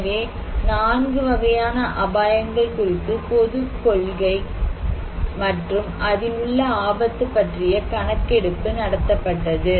எனவே 4 வகையான அபாயங்கள் குறித்து பொதுக்கொள்கை மற்றும் அதில் உள்ள ஆபத்து பற்றிய கணக்கெடுப்பு நடத்தப்பட்டது